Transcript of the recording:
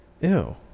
ew